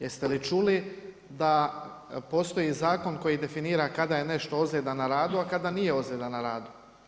Jeste li čuli da postoji zakon koji definira kada je nešto ozljeda na radu, a kada nije ozljeda na radu?